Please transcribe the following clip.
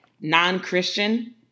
non-Christian